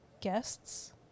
guests